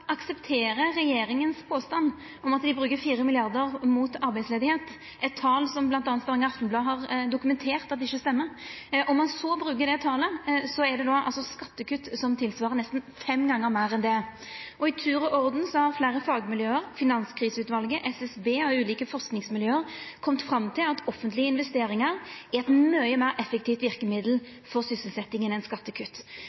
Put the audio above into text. regjeringas påstand om at dei bruker 4 mrd. kr mot arbeidsløyse, eit tal som m.a. Stavanger Aftenblad har dokumentert at ikkje stemmer, og ein så bruker det talet, er det skattekutt som tilsvarer nesten fem gonger meir enn det. I tur og orden har fleire fagmiljø, Finanskriseutvalet, SSB og ulike forskingsmiljø kome fram til at offentlege investeringar er eit mykje meir effektivt